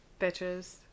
Bitches